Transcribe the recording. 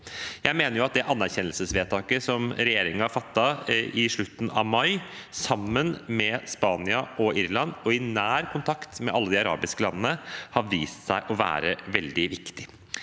Jeg mener at det anerkjennelsesvedtaket som regjeringen fattet i slutten av mai, sammen med Spania og Irland og i nær kontakt med alle de arabiske landene, har vist seg å være veldig viktig.